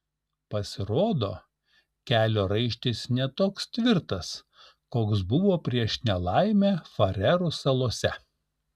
pasirodo kelio raištis ne toks tvirtas koks buvo prieš nelaimę farerų salose